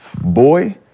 Boy